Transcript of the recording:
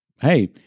hey—